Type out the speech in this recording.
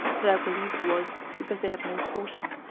and i believe it was, because they had no portion.